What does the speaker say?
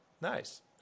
Nice